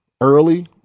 early